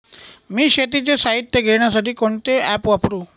मी शेतीचे साहित्य घेण्यासाठी कोणते ॲप वापरु?